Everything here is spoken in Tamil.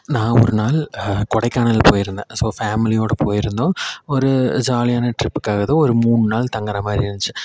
நான் ஒரு நாள் கொடைக்கானல் போய்ருந்தேன் ஸோ ஃபேம்லியோடு போய்ருந்தோம் ஒரு ஜாலியான ட்ரிப்புக்காக ஏதோ ஒரு மூணு நாள் தங்குகிற மாதிரி இருந்துச்சு